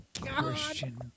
Christian